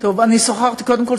קודם כול,